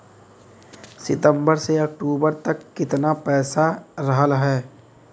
सितंबर से अक्टूबर तक कितना पैसा रहल ह?